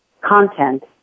content